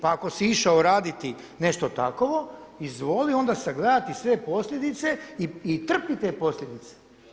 Pa ako si išao raditi nešto takvo izvoli onda sagledati sve posljedice i trpi te posljedice.